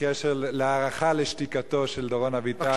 בקשר להערכה לשתיקתו של דורון אביטל,